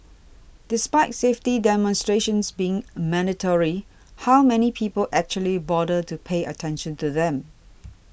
despite safety demonstrations being mandatory how many people actually bother to pay attention to them